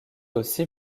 aussi